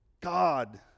God